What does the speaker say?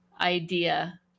idea